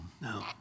No